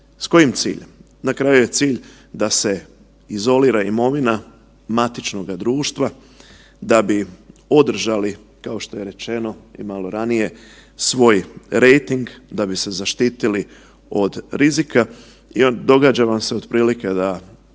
s kojim ciljem? Na kraju je cilj da se izolira imovina matičnoga društva da bi podržali, kao što je rečeno i malo ranije, svoj rejting da bi se zaštitili od rizika i događa vam se otprilike da